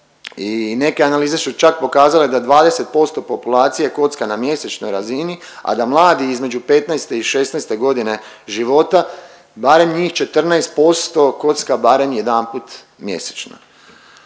i neke analize su čak pokazale da 20% populacije kocka na mjesečnoj razini, a da mladi između 15 i 16 godine života barem njih 14% kocka barem jedanput mjesečno.